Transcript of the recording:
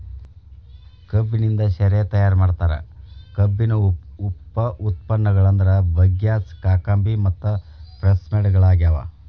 ಕಬ್ಬಿನಿಂದ ಶೇರೆ ತಯಾರ್ ಮಾಡ್ತಾರ, ಕಬ್ಬಿನ ಉಪ ಉತ್ಪನ್ನಗಳಂದ್ರ ಬಗ್ಯಾಸ್, ಕಾಕಂಬಿ ಮತ್ತು ಪ್ರೆಸ್ಮಡ್ ಗಳಗ್ಯಾವ